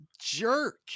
jerk